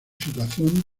situación